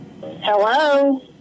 Hello